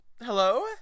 hello